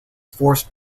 forced